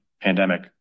pandemic